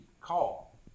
call